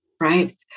Right